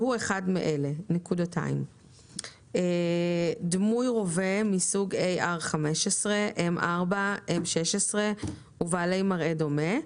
שהוא אחד מאלה: דמוי רובה מסוג M-16 ,M-4 ,AR-15 ובעלי מראה דומה,